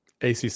ACC